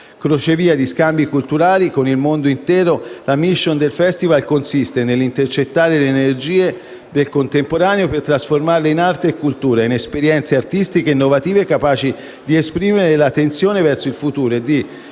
Crocevia di scambi culturali con il mondo intero, la *mission* del Festival consiste nell'intercettare le energie del contemporaneo per trasformarle in arte e cultura, in esperienze artistiche innovative capaci di esprimere la tensione verso il futuro e di